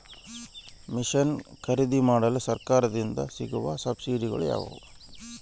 Mission ಖರೇದಿಮಾಡಲು ಸರಕಾರದಿಂದ ಸಿಗುವ ಸಬ್ಸಿಡಿಗಳು ಯಾವುವು?